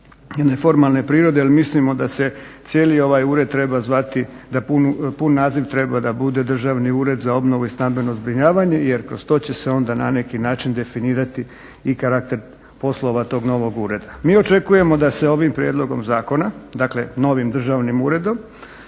formalne prirode jer mislimo da se cijeli ovaj ured treba zvati, da pun naziv treba da bude Državni ured za obnovu i stambeno zbrinjavanje jer kroz to će se onda na neki način definirati i karakter poslova tog novog ureda. Mi očekujemo da se ovim prijedlogom zakona, dakle novim državnim uredom